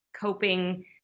coping